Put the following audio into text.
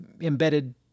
embedded